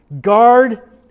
guard